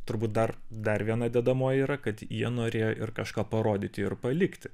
turbūt dar dar viena dedamoji yra kad jie norėjo ir kažką parodyti ir palikti